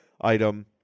item